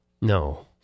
No